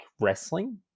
wrestling